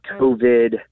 COVID